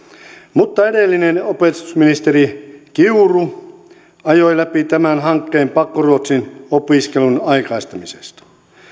mutta edellinen opetusministeri kiuru ajoi läpi tämän hankkeen pakkoruotsin opiskelun aikaistamisesta